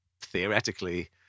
theoretically